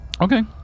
Okay